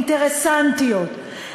אינטרסנטיות,